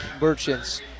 merchants